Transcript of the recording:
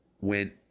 went